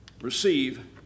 receive